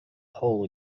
hole